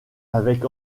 avec